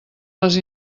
les